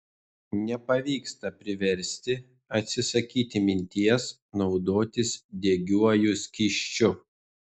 nepavyksta priversti atsisakyti minties naudotis degiuoju skysčiu